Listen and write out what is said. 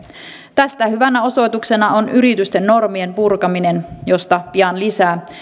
tästä hyvänä osoituksena on yritysten normien purkaminen josta pian lisää